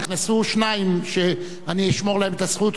נכנסו שניים שאני אשמור להם את הזכות,